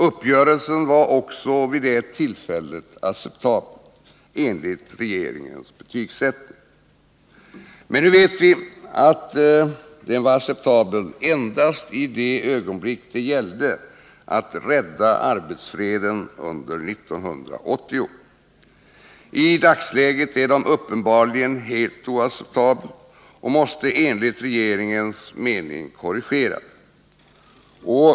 Uppgörelsen var också vid det tillfället acceptabel — enligt regeringens betygsättning. Nu vet vi att uppgörelsen var acceptabel endast i det ögonblick då det gällde att rädda arbetsfreden under 1980. I dagsläget är den uppenbarligen helt oacceptabel och måste enligt regeringens mening korrigeras.